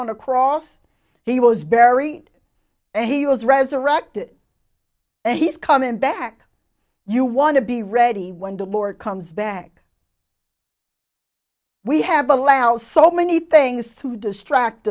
on a cross he was very he was resurrected and he's coming back you want to be ready when the lord comes back we have allow so many things to distract